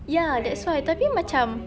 ya that's why tapi macam